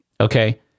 okay